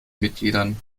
mitgliedern